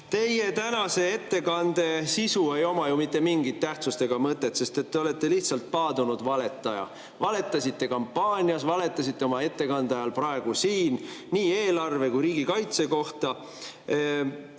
Teie tänase ettekande sisu ei oma ju mitte mingit tähtsust ega mõtet, sest te olete lihtsalt paadunud valetaja. Valetasite kampaania ajal, valetasite oma ettekande ajal praegu siin, nii eelarve kui ka riigikaitse kohta.